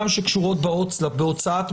גם שקשורות בהוצאה לפועל,